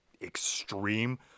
extreme